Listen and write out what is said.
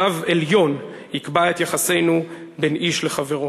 צו עליון יקבע את יחסינו בין איש לחברו".